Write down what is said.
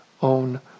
own